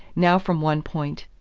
now from one point,